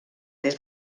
des